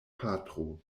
patro